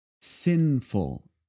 Sinful